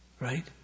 Right